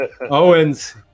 owens